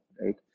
right